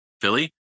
Philly